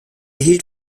erhielt